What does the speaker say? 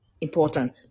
important